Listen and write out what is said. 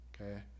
Okay